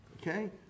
okay